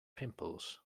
pimples